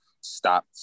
stop